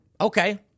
Okay